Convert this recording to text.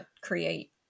create